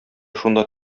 шунда